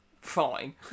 fine